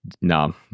No